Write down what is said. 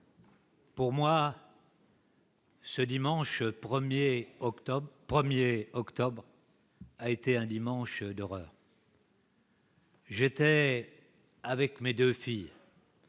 Pour moi, ce 1octobre a été un dimanche d'horreur. J'étais avec mes deux filles,